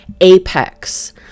apex